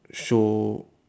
show